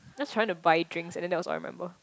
just trying to buy drink and then they also remember